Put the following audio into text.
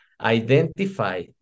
Identify